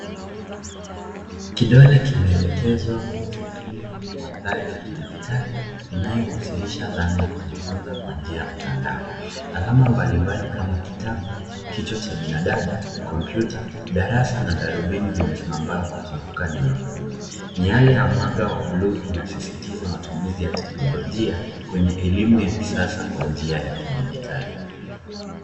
Kidole kimeelekezwa kwenye skrini yenye mandhari ya kidigitali inayowasilisha dhana ya kujifunza kwa njia ya mtandao. Alama mbalimbali kama kitabu, kichwa cha binadamu, kompyuta, darasa na darubini zimesamba kuzunguka neno kuu. Ni hali ya mwanga ya blue inasisitiza matumizi ya teknolojia kwenye elimu ya kisasa kwa njia ya kidigitali.